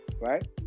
right